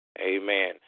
Amen